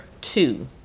two